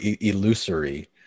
illusory